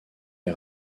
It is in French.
est